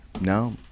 No